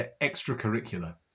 extracurricular